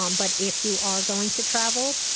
um but if you are going to travel,